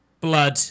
blood